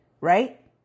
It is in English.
right